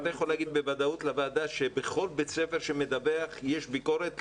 אתה יכול להגיד בוודאות לוועדה שבכל בית ספר שמדווח יש ביקורת?